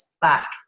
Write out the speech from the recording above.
back